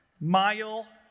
mile